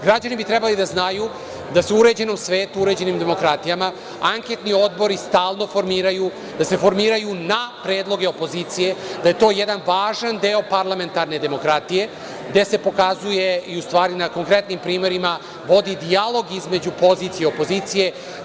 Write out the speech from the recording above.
Građani bi trebalo da znaju da se u uređenom svetu, u uređenim demokratijama anketni odbori stalno formiraju, da se formiraju na predloge opozicije, da je to jedan važan deo parlamentarne demokratije gde se pokazuje i u stvari na konkretnim primerima vodi dijalog između pozicije i opozicije.